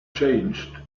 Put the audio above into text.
changed